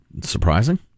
surprising